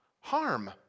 Harm